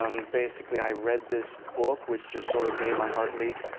um basically, i read this book which just sort of made my heart leap.